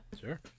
Sure